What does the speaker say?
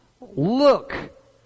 look